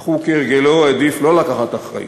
אך הוא כהרגלו העדיף לא לקחת אחריות?